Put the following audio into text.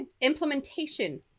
implementation